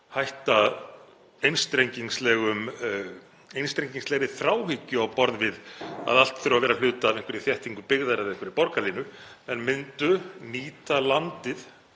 hætta einstrengingslegri þráhyggju á borð við að allt þurfi að vera hluti af einhverri þéttingu byggðar eða einhverri borgarlínu en myndu nýta landið